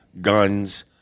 guns